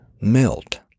melt